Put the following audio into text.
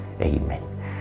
Amen